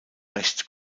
recht